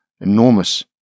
enormous